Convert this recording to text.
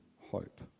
hope